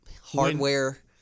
hardware